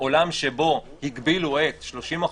בעולם שבו הגבילו 30%,